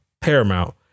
Paramount